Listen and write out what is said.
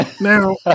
Now